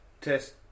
test